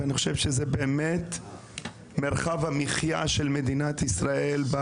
וכולם מדברים על היכן נמצאים העניים במדינת ישראל,